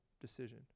decision